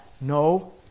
No